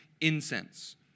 incense